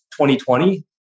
2020